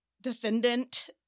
Defendant